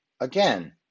again